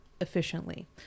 efficiently